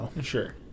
Sure